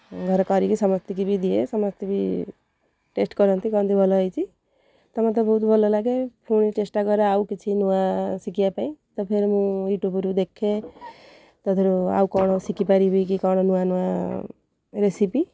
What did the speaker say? ଘରେ କରିକି ସମସ୍ତଙ୍କୁ ବି ଦିଏ ସମସ୍ତେ ବି ଟେଷ୍ଟ୍ କରନ୍ତି କହନ୍ତି ଭଲ ହୋଇଛ ତ ମୋତେ ବହୁତ ଭଲ ଲାଗେ ପୁଣି ଚେଷ୍ଟା କରେ ଆଉ କିଛି ନୂଆ ଶିଖିବା ପାଇଁ ତ ଫେର୍ ମୁଁ ୟୁଟ୍ୟୁବ୍ରୁ ଦେଖେ ତାଦେହରୁ ଆଉ କ'ଣ ଶିଖିପାରିବି କି କ'ଣ ନୂଆ ନୂଆ ରେସିପି